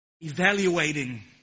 evaluating